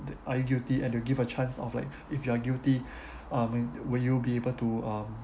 are you guilty and they'll give a chance of like if you are guilty um will you be able to um